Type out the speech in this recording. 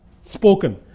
spoken